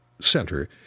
Center